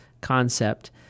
concept